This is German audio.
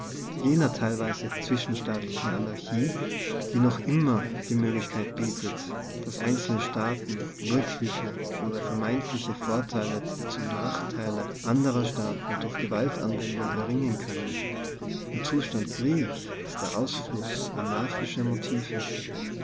jener teilweisen zwischenstaatlichen anarchie die noch immer die möglichkeit bietet daß einzelne staaten wirkliche oder vermeintliche vorteile zum nachteile anderer staaten durch gewaltanwendung erringen können der zustand krieg ist der ausfluß anarchi scher motive